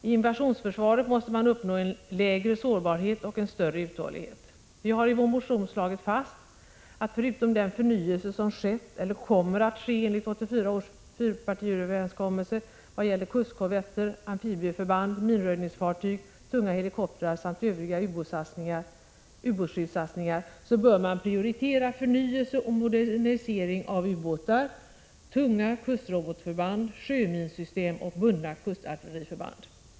I invasionsförsvaret måste man uppnå en lägre sårbarhet och en större uthållighet. Vi har i vår motion slagit fast, att förutom den förnyelse som skett eller kommer att ske enligt 1984 års fyrpartiöverenskommelse i vad gäller kustkorvetter, amfibieförband, minröjningsfartyg, tunga helikoptrar samt övriga ubåtsskyddssatsningar, bör man prioritera förnyelse och modernisering av ubåtar, tunga kustrobotförband, sjöminsystem och bundna kustartilleriförband.